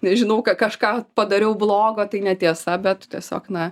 nežinau kažką padariau blogo tai netiesa bet tiesiog na